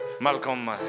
Malcolm